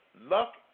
luck